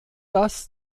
das